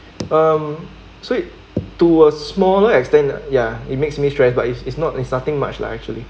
um so it to a smaller extent ya it makes me stress but it's it's not it's nothing much lah actually